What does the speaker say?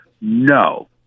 No